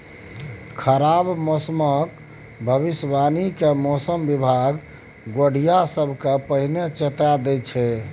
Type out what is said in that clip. खराब मौसमक भबिसबाणी कए मौसम बिभाग गोढ़िया सबकेँ पहिने चेता दैत छै